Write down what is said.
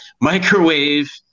Microwave